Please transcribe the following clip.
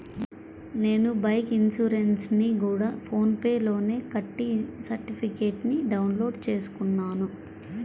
నేను బైకు ఇన్సురెన్సుని గూడా ఫోన్ పే లోనే కట్టి సర్టిఫికేట్టుని డౌన్ లోడు చేసుకున్నాను